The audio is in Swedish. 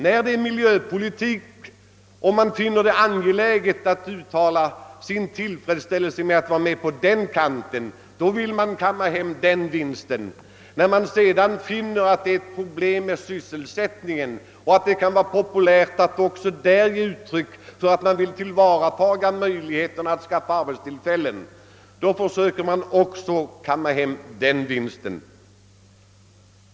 När det gäller miljöpolitik och det befinns angeläget att uttala sin tillfredsställelse över att vara med på den kanten vill man kamma hem vinsten där, men när det sedan visar sig att det föreligger sysselsättningsproblem och det kan vara populärt att då ge uttryck för en önskan att tillvarata möjligheterna att skapa arbetstillfällen, försöker man också kamma hem den vinsten.